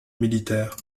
militaire